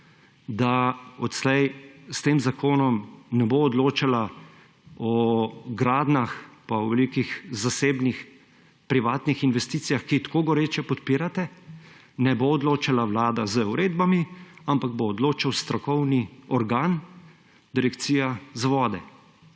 da odslej s tem zakonom ne bo odločala o gradnjah pa o nekih zasebnih, privatnih investicijah, ki jih tako goreče podpirate, ne bo odločala vlada z uredbami, ampak bo odločal strokovni organ, Direkcija za vode.